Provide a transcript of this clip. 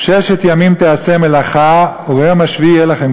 "ששת ימים תעשה מלאכה וביום השביעי יהיה לכם